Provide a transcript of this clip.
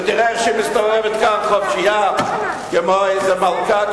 ותראה איך שהיא מסתובבת כאן חופשייה כמו איזה מלכה,